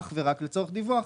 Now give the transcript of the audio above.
אך ורק לצורך דיווח,